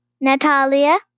Natalia